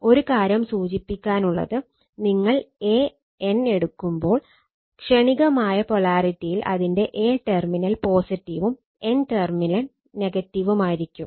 ഒരു കാര്യം സൂചിപ്പിക്കാനുള്ളത് നിങ്ങൾ a n എടുക്കുമ്പോൾ ക്ഷണികമായ പൊളാരിറ്റിയിൽ അതിന്റെ a ടെർമിനൽ പോസിറ്റീവും n ടെർമിനൽ നെഗറ്റീവും ആയിരിക്കും